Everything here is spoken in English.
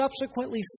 subsequently